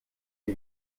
die